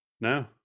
No